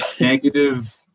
Negative